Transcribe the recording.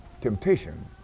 temptation